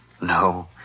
No